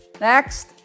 Next